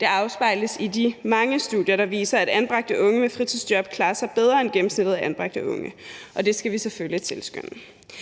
Det afspejles i de mange studier, der viser, at anbragte unge med fritidsjob klarer sig bedre end gennemsnittet af anbragte unge, og det skal vi selvfølgelig tilskynde